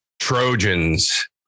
Trojans